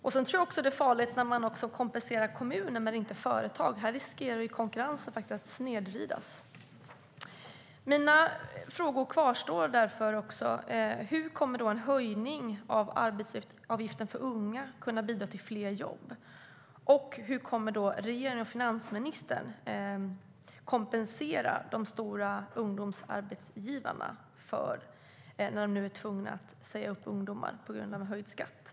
Jag tror också att det är farligt att kompensera kommuner men inte företag - här riskerar faktiskt konkurrensen att snedvridas. Mina frågor kvarstår därför. Hur kommer en höjning av arbetsgivaravgiften för unga att kunna bidra till fler jobb? Hur kommer regeringen och finansministern att kompensera de stora ungdomsarbetsgivarna när de nu blir tvungna att säga upp ungdomar på grund av höjd skatt?